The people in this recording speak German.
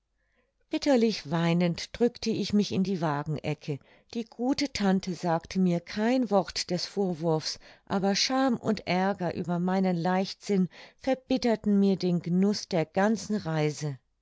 bitterlich weinend drückte ich mich in die wagenecke die gute tante sagte mir kein wort des vorwurfs aber scham und aerger über meinen leichtsinn verbitterten mir den genuß der ganzen reise